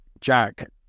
Jack